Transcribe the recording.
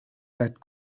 that